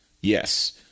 Yes